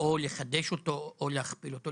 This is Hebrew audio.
או לחדש אותו או להכפיל אותו,